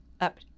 up